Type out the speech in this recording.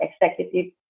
executive